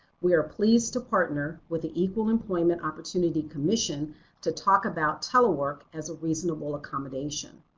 we are pleased to partner with the equal employment opportunity commission to talk about telework as a reasonable accommodation.